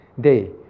day